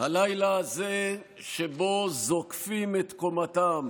הלילה הזה, שבו זוקפים את קומתם